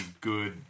good